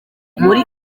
muri